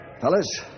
Fellas